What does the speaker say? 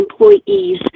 employees